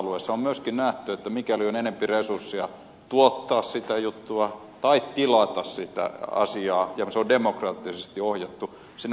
on myöskin nähty että mikäli on enemmän resursseja tuottaa sitä juttua tai tilata sitä asiaa ja se on demokraattisesti ohjattua siinä voisi olla paremmat mahdollisuudet